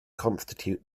constitute